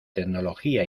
tecnología